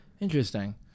Interesting